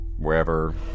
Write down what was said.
Wherever